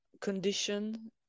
condition